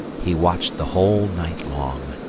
he watched the whole night long,